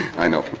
i know